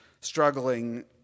struggling